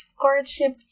courtship